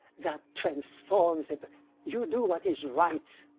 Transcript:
that transforms. you do what is right,